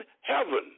heaven